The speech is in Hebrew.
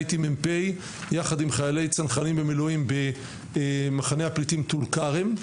הייתי מ"פ יחד עם חיילי צנחנים במילואים במחנה הפליטים טול כרם.